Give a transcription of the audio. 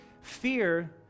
fear